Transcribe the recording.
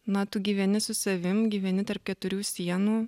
na tu gyveni su savim gyveni tarp keturių sienų